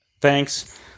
Thanks